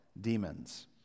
demons